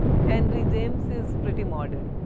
henry james is pretty modern.